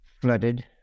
flooded